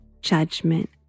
judgment